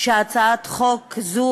שהצעת חוק זו,